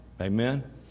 Amen